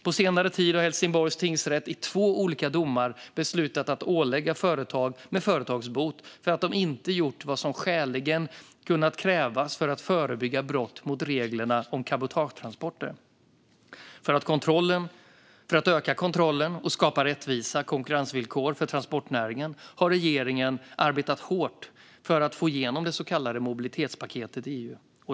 På senare tid har Helsingborgs tingsrätt i två olika domar beslutat att ålägga företag med företagsbot för att de inte gjort vad som skäligen kunnat krävas för att förebygga brott mot reglerna om cabotagetransporter. För att öka kontrollen och skapa rättvisa konkurrensvillkor för transportnäringen har regeringen arbetat hårt för att få igenom det så kallade mobilitetspaketet i EU.